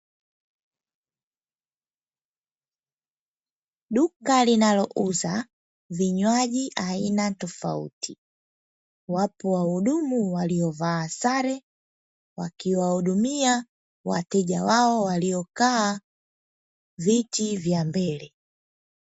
Duka linalouza vinywaji aina tofauti. Wapo wahudumu waliovaa sare wakiwahudumia wateja wao waliokaa viti vya mbele.